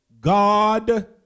god